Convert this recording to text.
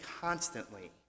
constantly